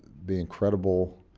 the incredible